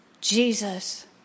Jesus